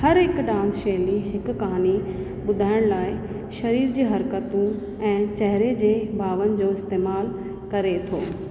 हर हिकु डांस शैली हिकु कहाणी ॿुधाइण लाए शरीर जे हरकतूं ऐं चहिरे जे भावनि जो इस्तेमालु करे थो